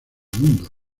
mundo